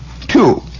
Two